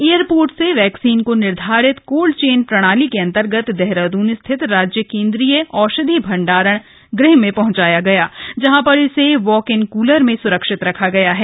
airport से vaccine को निर्धारित कोल्ड चेन प्रणाली के अन्तर्गत देहरादुन स्थित राज्य केन्द्रीय औषधि भण्डार गुह में पहंचाया गया जहां पर इसे वॉक इन कलर में सुरक्षित रखा गया है